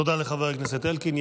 תודה לחבר הכנסת אלקין.